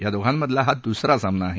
या दोघांमधला हा द्सरा सामना आहे